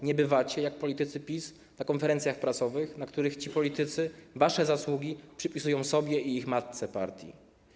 Nie bywacie, jak politycy PiS, na konferencjach prasowych, na których ci politycy wasze zasługi przypisują sobie i ich matce partii.